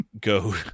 go